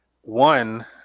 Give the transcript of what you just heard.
one